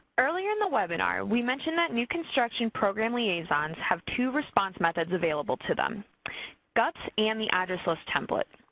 earlier in the webinar, we mentioned that new construction program liaisons have two response methods available to them gups and the address list template.